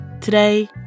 Today